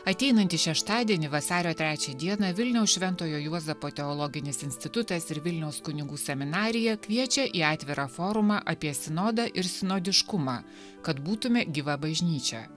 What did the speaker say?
ateinantį šeštadienį vasario trečią dieną vilniaus šventojo juozapo teologinis institutas ir vilniaus kunigų seminarija kviečia į atvirą forumą apie sinodą ir sinodiškumą kad būtume gyva bažnyčia